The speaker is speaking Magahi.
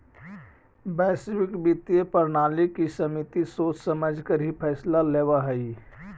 वैश्विक वित्तीय प्रणाली की समिति सोच समझकर ही फैसला लेवअ हई